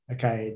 Okay